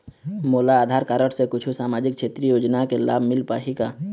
मोला आधार कारड से कुछू सामाजिक क्षेत्रीय योजना के लाभ मिल पाही का?